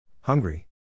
Hungry